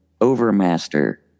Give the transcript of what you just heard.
Overmaster